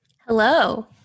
Hello